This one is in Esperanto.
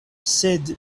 sed